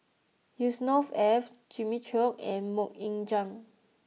Yusnor Ef Jimmy Chok and Mok Ying Jang